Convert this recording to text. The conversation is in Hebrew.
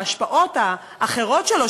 בהשפעות האחרות שלו,